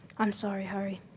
i'm sorry, harry.